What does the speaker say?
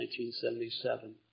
1977